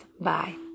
bye